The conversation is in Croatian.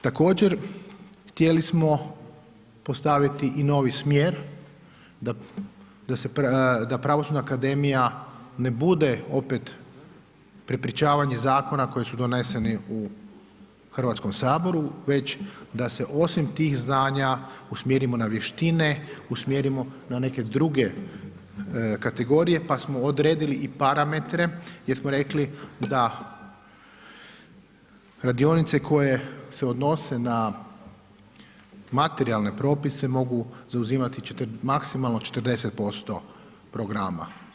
Također htjeli smo postaviti i novi smjer da Pravosudna akademija, ne bude opet prepričavanje zakona koji su doneseni u Hrvatskom saboru, već da se osim tih znanja usmjerimo na vještine, usmjerimo na neki druge kategorije, pa smo odredili i parametre, gdje smo rekli da radionice, koje se odnose, na materijalne propise, mogu zauzimati maksimalno 40% programa.